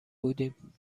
بودیم